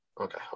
Okay